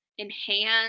enhance